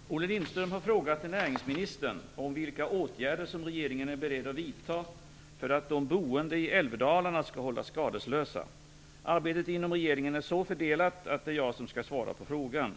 Fru talman! Olle Lindström har frågat näringsministern vilka åtgärder som regeringen är beredd att vidta för att de boende i älvdalarna skall hållas skadeslösa. Arbetet inom regeringen är så fördelat att det är jag som skall svara på frågan.